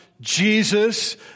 Jesus